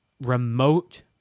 remote